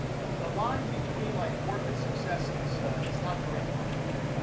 the line between like work and success is it's not a direct line. okay.